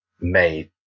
made